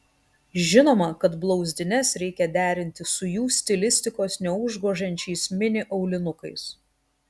žinoma kad blauzdines reikia derinti su jų stilistikos neužgožiančiais mini aulinukais